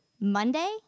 Monday